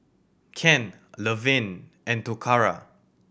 Kent Laverne and Toccara